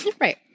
Right